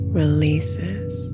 releases